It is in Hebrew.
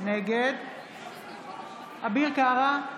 נגד אביר קארה,